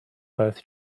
both